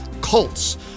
Cults